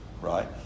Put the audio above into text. Right